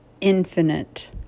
infinite